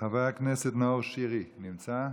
חבר הכנסת נאור שירי נמצא?